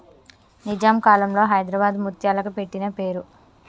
నిజాం కాలంలో హైదరాబాద్ ముత్యాలకి పెట్టిన పేరు